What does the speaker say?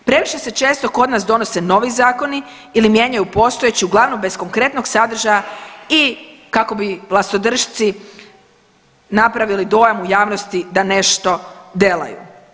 Previše se često kod nas donose novi zakoni ili mijenjaju postojeći uglavnom bez konkretnog sadržaja i kako bi vlastodršci napravili dojam u javnosti da nešto delaju.